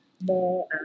more